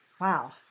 wow